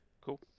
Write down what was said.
Cool